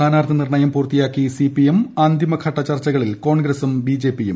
സ്ഥാനാർത്ഥി നിർണ്ണയം പൂർത്തിയാക്കി സിപിഎം അന്തിമ ഘട്ട ചർച്ചകളിൽ കോൺഗ്രസും ബിജെപിയും